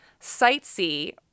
sightsee